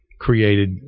created